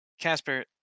Casper